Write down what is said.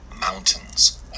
mountains